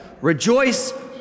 rejoice